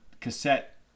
cassette